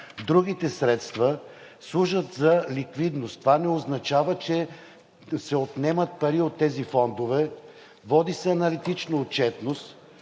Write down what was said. Другите средства служат за ликвидност. Това не означава, че се отнемат пари от тези фондове. Води се аналитична отчетност,